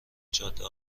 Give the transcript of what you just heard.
جاده